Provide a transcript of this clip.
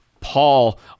Paul